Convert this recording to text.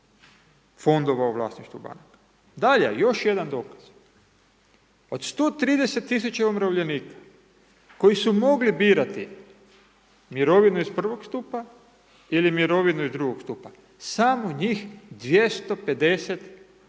fondova u vlasništvu banke. Dalje, još jedan dokaz od 130 tisuća umirovljenika, koji su mogli birati mirovinu iz prvog stupa ili mirovinu iz drugog stupa, samo njih 250 je